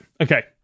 Okay